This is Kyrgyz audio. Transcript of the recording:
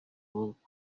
болуп